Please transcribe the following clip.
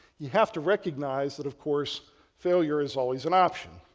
you have to recognize that of course failure is always an option.